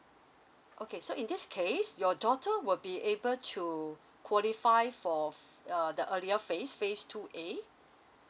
okay so in this case your daughter will be able to qualify for f~ err the earlier phase phase two A